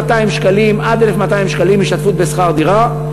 עד 1,200 שקלים השתתפות בשכר דירה.